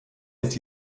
ist